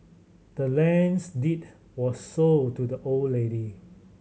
the land's deed was sold to the old lady